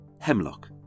Hemlock